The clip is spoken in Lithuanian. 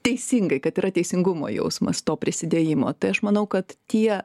teisingai kad yra teisingumo jausmas to prisidėjimo tai aš manau kad tie